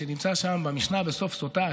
שנמצא שם במשנה בסוף סוטה,